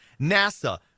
nasa